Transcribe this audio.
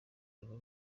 urwo